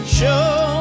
show